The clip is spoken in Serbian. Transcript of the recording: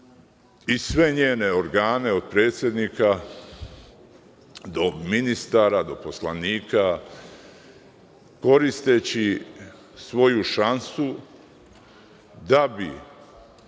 i sve njene organe, od predsednika do ministara do poslanika, koristeći svoju šansu da bi